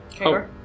Okay